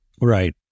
Right